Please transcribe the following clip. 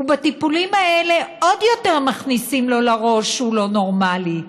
ובטיפולים האלה עוד יותר מכניסים לו לראש שהוא לא נורמלי.